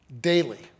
daily